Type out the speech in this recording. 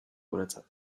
guretzat